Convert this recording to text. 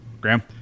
Graham